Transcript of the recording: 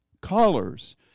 colors